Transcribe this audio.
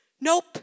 Nope